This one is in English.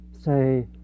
say